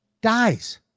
Dies